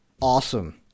awesome